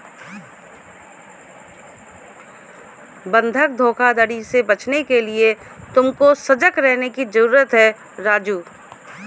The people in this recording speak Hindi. बंधक धोखाधड़ी से बचने के लिए तुमको सजग रहने की जरूरत है राजु